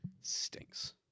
stinks